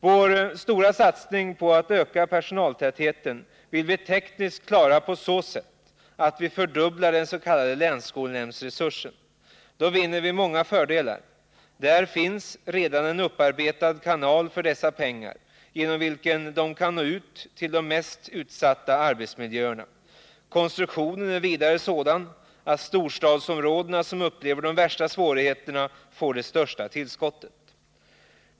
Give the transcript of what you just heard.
Vår stora satsning på att öka personaltätheten vill vi tekniskt klara på så sätt att vi fördubblar den s.k. länsskolnämndsresursen. Därmed vinner vi många fördelar. Där finns redan en upparbetad kanal för dessa pengar, genom vilken de kan nå ut till de skolor som har de mest utsatta arbetsmiljöerna. Konstruktionen är vidare sådan att storstadsområdena, som upplever de värsta svårigheterna, får det största tillskottet.